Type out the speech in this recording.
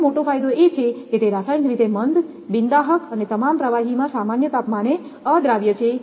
તેનો મોટો ફાયદો એ છે કે તે રાસાયણિક રીતે મંદ બિન દાહક અને તમામ પ્રવાહીમાં સામાન્ય તાપમાને અદ્રાવ્ય છે